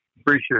Appreciate